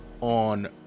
on